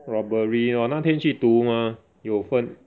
robbery 我那天去读 mah 有分